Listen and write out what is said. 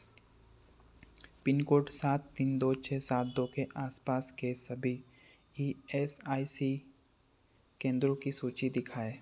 pin code सात तीन दो छः सात दो के आस पास के सभी ई एस आई सी केंद्रो की सूची दिखाएँ